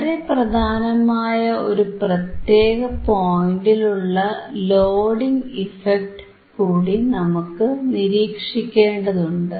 വളരെ പ്രധാനമായ ഒരു പ്രത്യേക പോയിന്റിലുള്ള ലോഡിംഗ് ഇഫക്ട് കൂടി നമുക്ക് നിരീക്ഷിക്കേണ്ടതുണ്ട്